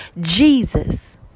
Jesus